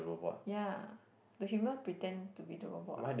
ya the human pretend to be the robot